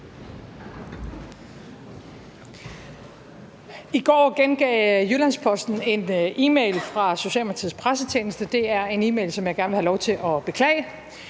I går gengav Jyllands-Posten en e-mail fra Socialdemokratiets pressetjeneste. Det er en e-mail, som jeg gerne vil have lov til at beklage,